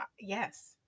yes